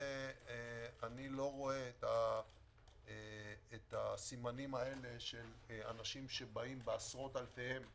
אני לא רואה את הסימנים האלה של אנשים שבאים בעשרות-אלפיהם מחו"ל,